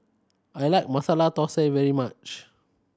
I like Masala Thosai very much